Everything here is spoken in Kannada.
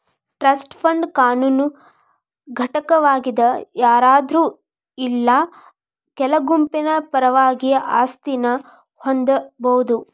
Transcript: ಟ್ರಸ್ಟ್ ಫಂಡ್ ಕಾನೂನು ಘಟಕವಾಗಿದ್ ಯಾರಾದ್ರು ಇಲ್ಲಾ ಕೆಲ ಗುಂಪಿನ ಪರವಾಗಿ ಆಸ್ತಿನ ಹೊಂದಬೋದು